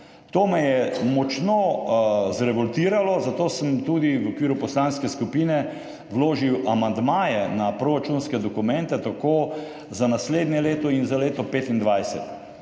To me je močno zrevoltiralo, zato sem tudi v okviru poslanske skupine vložil amandmaje na proračunske dokumente tako za naslednje leto in za leto 2025.